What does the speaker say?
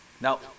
Now